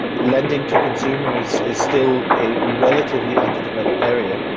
lending to consumers is still a relatively underdeveloped area,